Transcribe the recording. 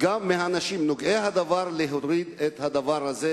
מהאנשים הנוגעים בדבר להוריד את הדבר הזה